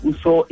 Uso